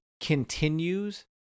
continues